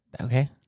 Okay